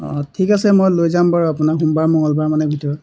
অঁ ঠিক আছে মই লৈ যাম বাৰু আপোনাৰ সোমবাৰ মংগলবাৰৰ মানে ভিতৰত